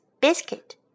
biscuit